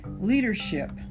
leadership